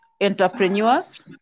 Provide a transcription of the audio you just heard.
entrepreneurs